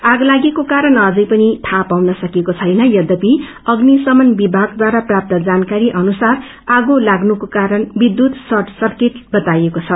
आगलागीको कारण अझै पनि थाहा पाउनकिएको छैन यबपि अग्नि शमनविमगद्वारा प्राप्त जानकारी अनुसार आगो लागम्नको कारण विद्यूत सर्ट सर्किट बताइएको छ